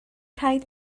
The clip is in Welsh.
rhaid